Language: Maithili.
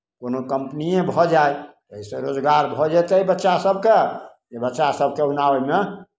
कोनो कम्पनिए भऽ जाय ओहिसँ रोजगार भऽ जेतै बच्चासभकेँ जे बच्चासभकेँ ओना ओहिमे